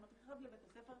זה מתרחב לבית הספר,